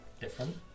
different